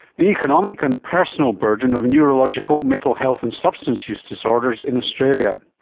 the economic and personal burden of neurological, mental health and substance use disorders in australia.